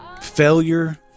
failure